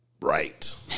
right